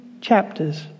chapters